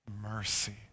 Mercy